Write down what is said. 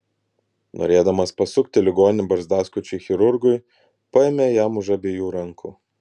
norėdamas pasukti ligonį barzdaskučiui chirurgui paėmė jam už abiejų rankų